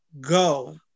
Go